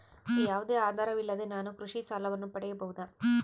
ಯಾವುದೇ ಆಧಾರವಿಲ್ಲದೆ ನಾನು ಕೃಷಿ ಸಾಲವನ್ನು ಪಡೆಯಬಹುದಾ?